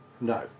No